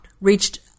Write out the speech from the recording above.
reached